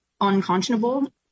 unconscionable